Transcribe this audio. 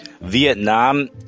Vietnam